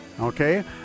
Okay